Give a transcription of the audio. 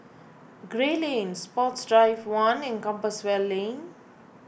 Gray Lane Sports Drive one and Compassvale Lane